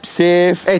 safe